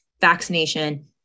vaccination